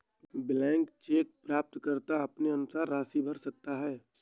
blank cheque प्राप्तकर्ता अपने अनुसार राशि भर सकता है